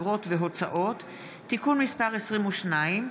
אגרות והוצאות (תיקון מס' 22),